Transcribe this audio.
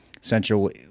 Central